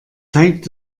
zeigt